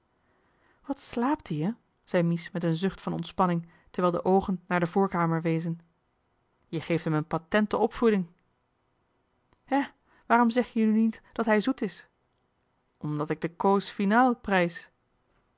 wat slaapt ie hè zei mies met een zucht van ontspanning terwijl de oogen naar de voorkamer wezen je geeft hem een patente opvoeding hè waarom zeg je nu niet dat hij zoet is omdat ik de cause finale prijs